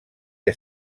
que